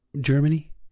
Germany